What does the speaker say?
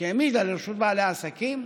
שהיא העמידה לרשות בעלי העסקים,